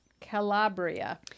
calabria